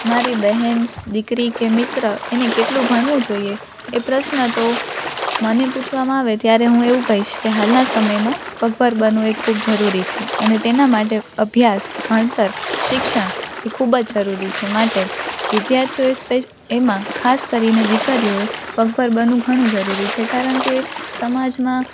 મારી બહેન દીકરી કે મિત્ર એને કેટલું ભણવું જોઈએ એ પ્રશ્ન તો મને પૂછવામાં આવે ત્યારે હું એવું કહીશ કે હાલના સમયમાં પગભર બનવું એ ખૂબ જરૂરી છે અને તેના માટે અભ્યાસ ભણતર શિક્ષણ એ ખૂબ જ જરૂરી છે માટે વિધાર્થીઓએ એમાં ખાસ કરીને દીકરીઓએ પગભર બનવું ઘણું જરૂરી છે કારણ કે સમાજમાં